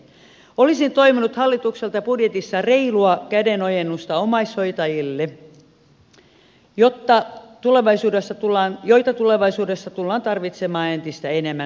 olisin toivonut hallitukselta budjetissa reilua käden ojennusta omaishoitajille joita tulevaisuudessa tullaan tarvitsemaan entistä enemmän